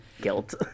guilt